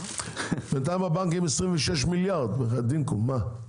בינתיים הבנקים 26 מיליארד, בחיאת דינקום, מה?